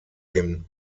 dem